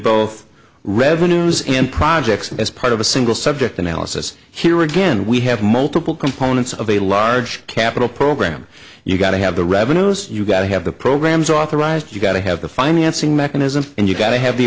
both revenues and projects as part of a single subject analysis here again we have multiple components of a large capital program you've got to have the revenues you've got to have the programs authorized you've got to have the financing mechanism and you've got to have the